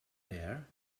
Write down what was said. there